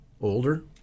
older